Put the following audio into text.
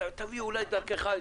תביא אולי דרכך.